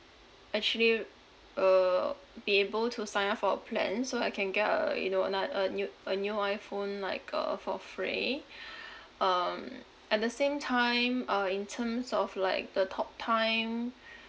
actually uh be able to sign up for a plan so I can get a you know anot~ a new a new iphone like uh for free um at the same time uh in terms of like the talktime